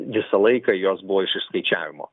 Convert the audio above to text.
visą laiką jos buvo iš išskaičiavimo